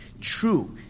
True